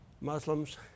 Muslims